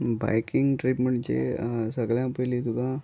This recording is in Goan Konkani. बायकींग ट्रीप म्हणजे सगळ्या पयलीं तुका